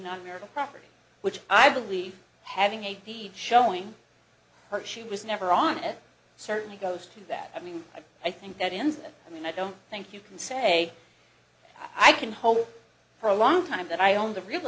marital property which i believe having a deed showing her she was never on it certainly goes to that i mean i think that ends that i mean i don't think you can say i can hold for a long time that i owned a real